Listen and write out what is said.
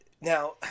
now